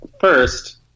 first